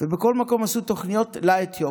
ובכל מקום עשו תוכניות לאתיופים.